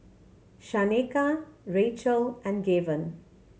Shaneka Rachael and Gaven